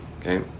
okay